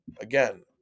Again